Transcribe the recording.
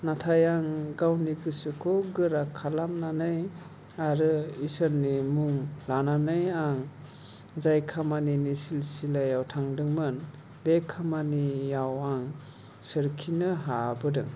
नाथाय आं गावनि गोसोखौ गोरा खालामनानै आरो ईसोरनि मुं लानानै आं जाय खामानिनि सिलसिलायाव थांदोंमोन बे खामानियाव आं सोरखिनो हाबोदों